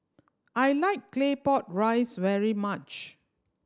I like Claypot Rice very much